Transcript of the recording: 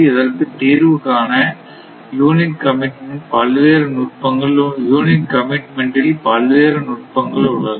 இதற்குத் தீர்வு காண யூனிட் கமிட்மென்ட் பல்வேறு நுட்பங்கள் உள்ளன